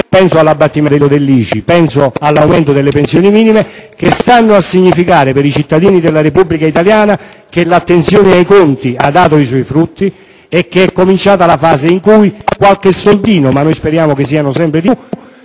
(penso all'abbattimento dell'ICI e all'aumento delle pensioni minime) che stanno a significare per i cittadini della Repubblica italiana che l'attenzione ai conti ha dato i suoi frutti e che è cominciata la fase in cui qualche soldino (ma speriamo che siano sempre di più)